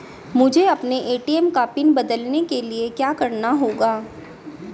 मुझे अपने ए.टी.एम का पिन बदलने के लिए क्या करना होगा?